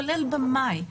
כולל במאי.